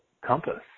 compass